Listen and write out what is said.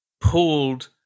pulled